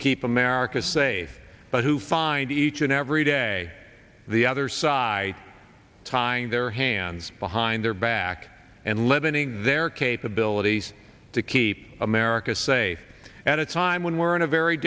keep america safe but who find each and every day the other side time their hands behind their back and leavening their capabilities to keep america safe at a time when we're in a very